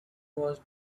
was